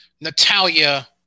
Natalia